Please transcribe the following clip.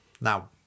Now